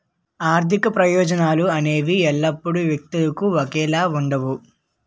ఆర్థిక ప్రయోజనాలు అనేవి ఎల్లప్పుడూ వ్యక్తులకు ఒకేలా ఉండవు